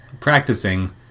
practicing